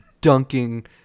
dunking